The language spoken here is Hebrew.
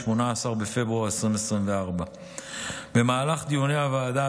18 בפברואר 2024. במהלך דיוני הוועדה,